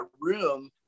room